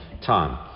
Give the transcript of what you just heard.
time